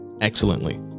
excellently